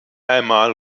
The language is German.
einmal